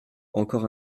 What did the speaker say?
encore